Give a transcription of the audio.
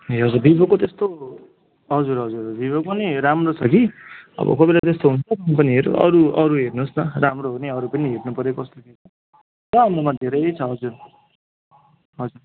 ए हजुर भिभोको त्यस्तो हजुर हजुर भिभो पनि राम्रो छ कि अब कोही बेला त्यस्तो हुन्छ कम्पनीहरू अरू अरू हेर्नुहोस् न राम्रो हुने अरू पनि हेर्नुपर्यो कस्तो के छ छ हाम्रोमा धेरै छ हजुर हजुर